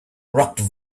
rocked